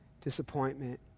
disappointment